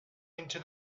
into